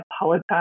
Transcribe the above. apologize